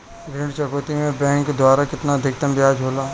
ऋण चुकौती में बैंक द्वारा केतना अधीक्तम ब्याज होला?